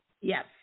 Yes